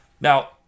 Now